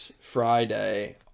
friday